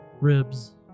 ribs